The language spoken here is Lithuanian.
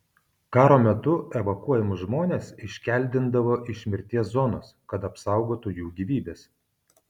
karo metu evakuojamus žmones iškeldindavo iš mirties zonos kad apsaugotų jų gyvybes